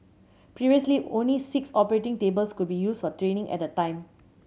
previously only six operating tables could be used for training at a time